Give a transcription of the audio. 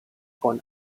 con